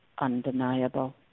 undeniable